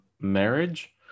Marriage